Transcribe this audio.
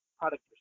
product